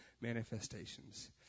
manifestations